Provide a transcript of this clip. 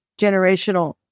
generational